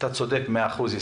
אתה צודק במאה אחוז.